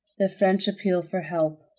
the french appeal for help.